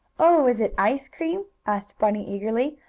oh, is it ice cream? asked bunny eagerly.